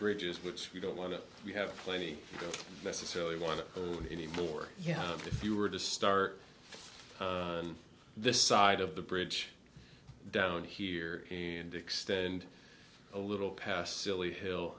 bridges which you don't want to we have plenty necessarily want to anymore yeah if you were to start on this side of the bridge down here and extend a little past silly hill